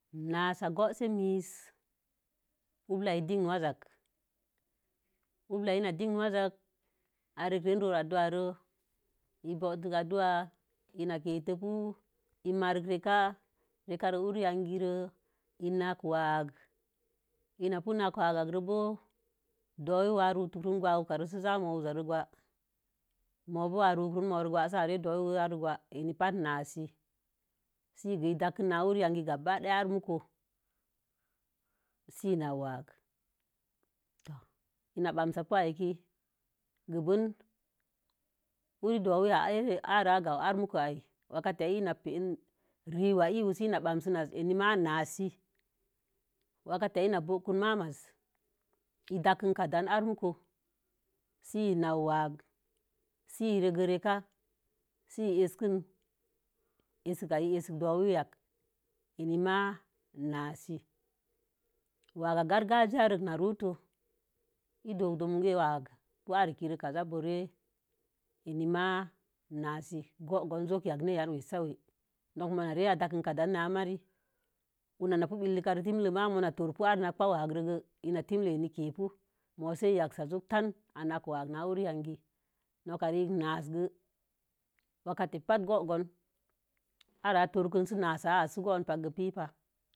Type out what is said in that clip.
Nasə gosə miis, ulai i dinin waizə ulai i dinin waizə, a rə re ror aduwaro, i botə aduwa. i. n kətəpu, é marik reka. reka urə yagirə, í nak waka-. Ina pu nak wakə bo̱o̱. Do̱wi wa rutə run gwak urk rə zii za mo uza re gwa'i. Mo̱o̱ bo̱o̱ a ruk run mon dei gwa'í sə a re dowiwa rei gwa'aí i n bante nasə. Sə ga í dagəkə na yagiye gaba da'a aru muko. Sə n nəuwakə i na bansə kə a akə. giben urir dowu' i i aren a ganwu'u arə mukə aii. Wakə a pe'a'néí rewu wa iwu sə ii bansən n kə, é nima ma nasəi. Wake tə i bokon ma'am maiz, é dakə kə dan are muko. Sə ii nawu wakéék, sə i rege reka sə í aká. Í asə az. ii enima na'a sə. Wagga gagagiya rək n kə ruto i dodon wagga pui arkə kaza bo̱o̱ rə enima nəsə gon zon ya nee yan wesəwə. Nok ma re adakədan naí mareí. Ina na pí bəlika rei temla ma'a pu'are nakgan ka waggi kə. i n pii dinlá nə ma ki pu, mo̱o̱ sə yaksa zokə tan, a na'ank waggi n hurir yangi n ka rə nəsə gei wakəte bate go̱o̱gon, á rai sə a torkun sə nasə sə go̱o̱gon bakə pi pa.